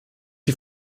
die